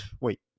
wait